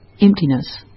emptiness